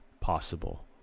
possible